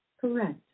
Correct